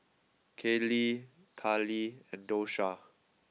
Kaley Cali and Dosha